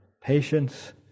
patience